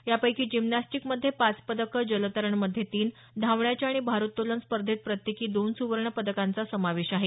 यापैकी जिम्नास्टिकध्ये पाच पदकं जलतरण मध्ये तीन धावण्याच्या आणि भारोत्तोलन स्पर्धेत प्रत्येकी दोन सुवर्ण पदकांचा समावेश आहे